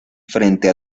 frente